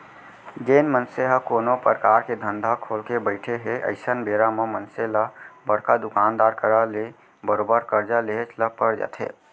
जेन मनसे ह कोनो परकार के धंधा खोलके बइठे हे अइसन बेरा म मनसे ल बड़का दुकानदार करा ले बरोबर करजा लेहेच ल पर जाथे